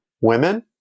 women